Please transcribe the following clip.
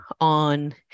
on